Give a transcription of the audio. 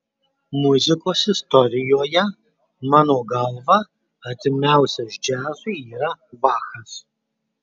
muzikos istorijoje mano galva artimiausias džiazui yra bachas